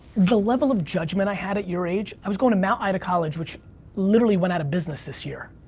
the level of judgment i had at your age. i was going to mt. ida college, which literally went out of business this year.